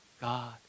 God